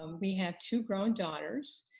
um we have two grown daughters